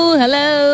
hello